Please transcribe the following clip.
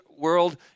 world